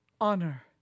honor